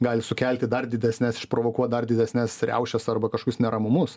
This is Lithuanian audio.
gali sukelti dar didesnes išprovokuot dar didesnes riaušes arba kažkokius neramumus